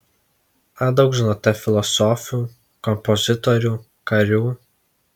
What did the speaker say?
ar daug žinote filosofių kompozitorių karių